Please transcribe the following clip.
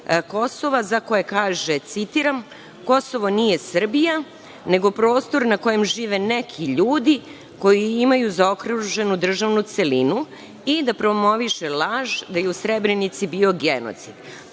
Kosova, za koje kaže citiram „Kosovo nije Srbija nego prostor na kome žive neki ljudi koji imaju zaokruženu državnu celinu i da promoviše laž da je u Srebrenici bio genocid“.